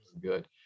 Good